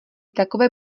takové